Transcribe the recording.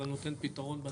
אבל נותן פתרון בדרך.